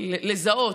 לזהות,